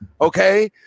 Okay